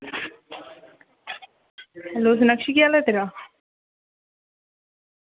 hello Sanakshi केह् हाल ऐ तेरा